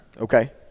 okay